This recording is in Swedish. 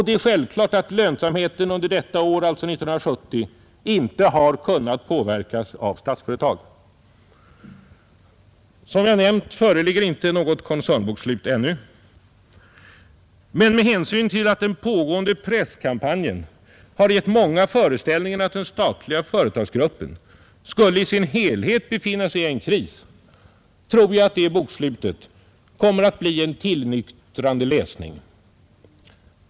Det är självklart att lönsamheten under detta år — alltså 1970 — inte har kunnat påverkas av Statsföretag. Som jag nämnt föreligger inte något koncernbokslut ännu, men med hänsyn till att den pågående presskampanjen har givit många föreställningen att den statliga företagsgruppen skulle i sin helhet befinna sig i en kris tror jag att det bokslutet kommer att bli en tillnyktrande läsning.